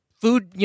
food